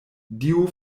dio